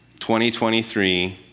2023